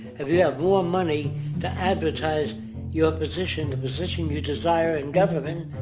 have yeah more money to advertise your position, the position you desire in government,